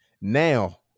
Now